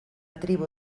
tribu